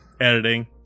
editing